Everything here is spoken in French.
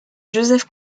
joseph